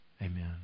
Amen